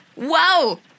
Whoa